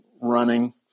running